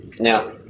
Now